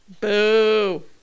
boo